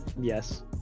yes